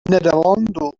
nederlando